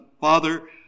father